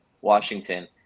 Washington